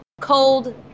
cold